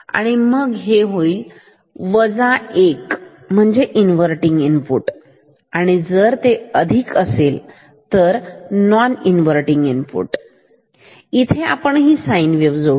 मग हे झाले वजा १ इन्वर्तींग इनपुट जर हे अधिक आहे नोन इन्वर्तींग इनपुट इथे आपण ही साईन वेव्ह जोडू